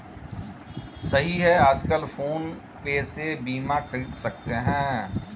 सही है आजकल फ़ोन पे से बीमा ख़रीद सकते हैं